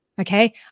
okay